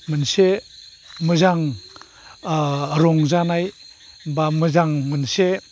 मोनसे मोजां ओ रंजानाय एबा मोजां मोनसे